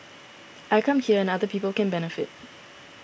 I come here and other people can benefit